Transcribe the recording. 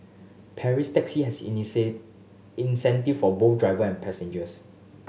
Taxi has incentive for both driver and passengers